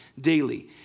daily